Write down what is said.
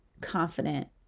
confident